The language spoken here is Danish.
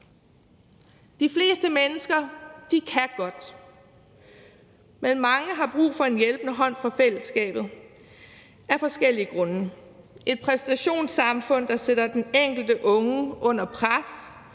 De fleste mennesker kan godt, men mange har brug for en hjælpende hånd fra fællesskabet af forskellige grunde. Et præstationssamfund, der sætter den enkelte unge under pres,